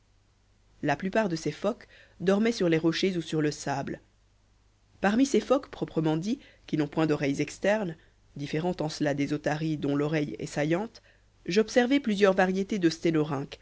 la plupart de ces phoques dormaient sur les rochers ou sur le sable parmi ces phoques proprement dits qui n'ont point d'oreilles externes différant en cela des otaries dont l'oreille est saillante j'observai plusieurs variétés de